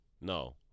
No